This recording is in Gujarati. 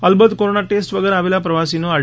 અલબત કોરોના ટેસ્ટ વગર આવેલા પ્રવાસીનો આર